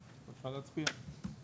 חברה בקולקטיב מזרחי אזרחי, בבקשה.